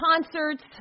concerts